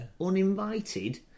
uninvited